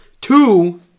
Two